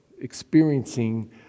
experiencing